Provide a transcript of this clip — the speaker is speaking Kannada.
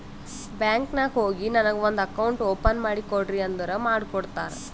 ಬ್ಯಾಂಕ್ ನಾಗ್ ಹೋಗಿ ನನಗ ಒಂದ್ ಅಕೌಂಟ್ ಓಪನ್ ಮಾಡಿ ಕೊಡ್ರಿ ಅಂದುರ್ ಮಾಡ್ಕೊಡ್ತಾರ್